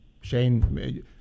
Shane